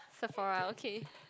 Sephora okay